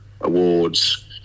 awards